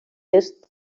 est